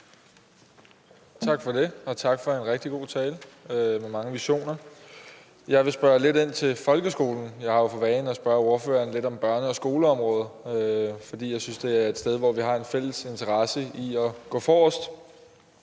Tak for det, og tak for en rigtig god tale med mange visioner. Jeg vil spørge lidt ind til folkeskolen. Jeg har jo for vane at spørge ordføreren lidt om børne- og skoleområdet, fordi jeg synes, det er et sted, hvor vi har en fælles interesse i at gå forrest.